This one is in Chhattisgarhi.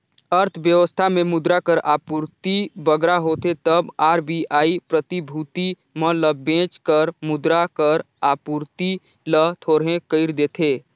अर्थबेवस्था में मुद्रा कर आपूरति बगरा होथे तब आर.बी.आई प्रतिभूति मन ल बेंच कर मुद्रा कर आपूरति ल थोरहें कइर देथे